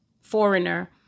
foreigner